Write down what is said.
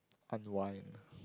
unwind